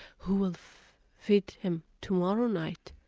who will feed them tomorrow night?